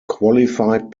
qualified